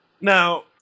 Now